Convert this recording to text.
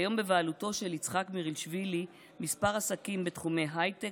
כיום בבעלותו של יצחק מירילשווילי כמה עסקים בתחומי הייטק,